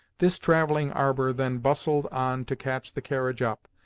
this travelling arbour then bustled on to catch the carriage up,